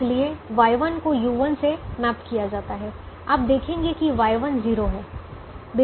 इसलिए Y1 को u1 से मैप किया जाता है आप देखेंगे कि Y1 0 है